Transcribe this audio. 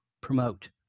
promote